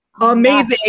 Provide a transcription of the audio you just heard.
amazing